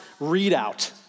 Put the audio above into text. readout